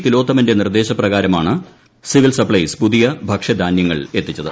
തിലോത്തമന്റെ നീർദ്ദേശപ്രകാരമാണ് civil supplies പുതിയ ഭക്ഷ്യധാന്യങ്ങൾ എത്തിച്ചത്